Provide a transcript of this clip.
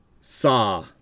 Saw